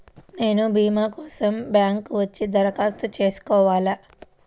నేను భీమా కోసం బ్యాంక్కి వచ్చి దరఖాస్తు చేసుకోవాలా?